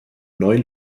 neuen